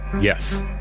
Yes